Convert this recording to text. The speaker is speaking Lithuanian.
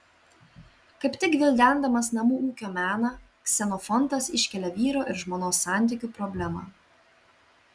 kaip tik gvildendamas namų ūkio meną ksenofontas iškelia vyro ir žmonos santykių problemą